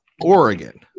Oregon